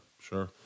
sure